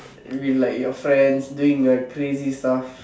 with like your friends doing like crazy stuff